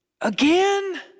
Again